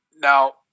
Now